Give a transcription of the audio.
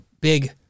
big